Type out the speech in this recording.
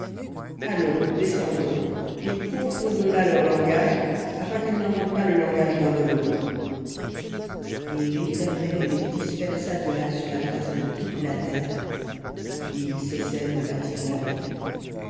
allons descendons et confondons là leur langage afin qu'ils n'entendent pas le langage l'un de lautre et l'éternel les dispersa de là sur la face de toute la terre et ils cessèrent de bâtir la ville